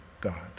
God